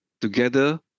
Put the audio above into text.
together